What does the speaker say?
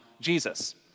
Jesus